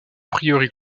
prieuré